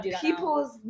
people's